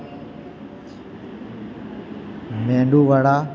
medu vada